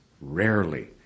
rarely